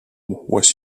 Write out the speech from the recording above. was